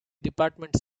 department